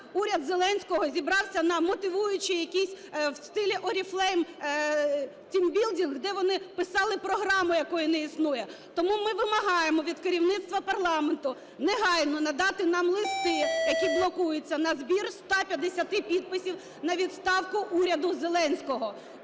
уряд Зеленського зібрався на мотивуючий, якийсь в стилі Oriflame team building, де вони писали програму, якої не існує. Тому ми вимагаємо від керівництва парламенту негайно надати нам листи, які блокуються, на збір 150 підписів на відставку уряду Зеленського.